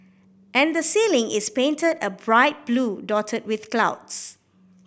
and the ceiling is painted a bright blue dotted with clouds